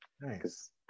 Nice